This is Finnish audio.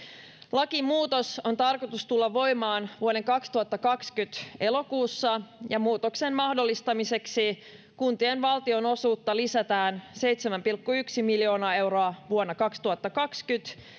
lakimuutoksen on tarkoitus tulla voimaan vuoden kaksituhattakaksikymmentä elokuussa ja muutoksen mahdollistamiseksi kuntien valtionosuutta lisätään seitsemän pilkku yksi miljoonaa euroa vuonna kaksituhattakaksikymmentä